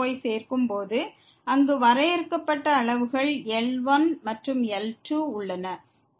y சேர்க்கும் போது அங்கு வரையறுக்கப்பட்ட அளவுகள் L1 மற்றும் L2 உள்ளன